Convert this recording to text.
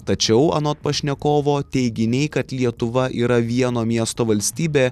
tačiau anot pašnekovo teiginiai kad lietuva yra vieno miesto valstybė